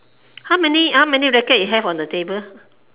how many how many racket you have on the table